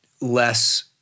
less